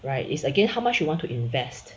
right is again how much you want to invest